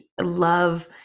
Love